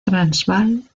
transvaal